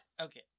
Okay